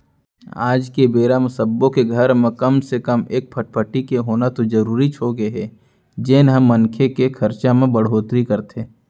आज के बेरा म सब्बो के घर म कम से कम एक फटफटी के होना तो जरूरीच होगे हे जेन ह मनखे के खरचा म बड़होत्तरी करथे